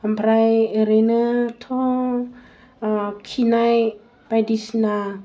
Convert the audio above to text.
ओमफ्राय ओरैनोथ' खिनाय बायदिसिना